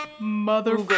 mother